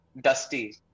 dusty